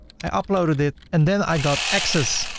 i uploaded it and then i got access.